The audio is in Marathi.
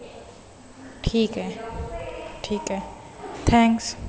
ठीक आहे ठीक आहे थँक्स